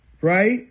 Right